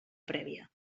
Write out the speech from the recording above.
prèvia